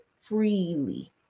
freely